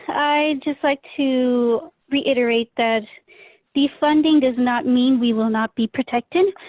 i just like to reiterate that defunding does not mean we will not be protected.